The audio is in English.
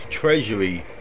Treasury